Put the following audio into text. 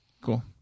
Cool